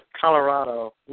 Colorado